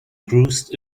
cruised